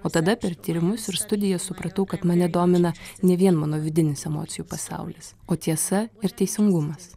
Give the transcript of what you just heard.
o tada per tyrimus ir studijas supratau kad mane domina ne vien mano vidinis emocijų pasaulis o tiesa ir teisingumas